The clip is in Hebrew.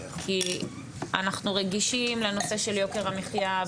כי אנחנו רגישים לנושא של יוקר המחייה,